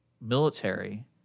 military